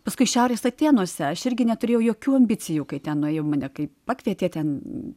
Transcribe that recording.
paskui šiaurės atėnuose aš irgi neturėjau jokių ambicijų kai ten nuėjau mane kaip pakvietė ten